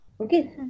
Okay